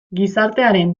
gizartearen